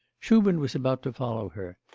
shubin was about to follow her,